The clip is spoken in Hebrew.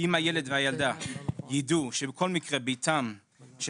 אם הילד והילדה ידעו שבכל מקרה ביתם של